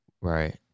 Right